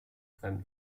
seinem